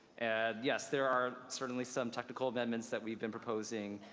and yes, there are certainly some technical amendments that we've been proposing,